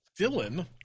Dylan